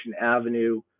Avenue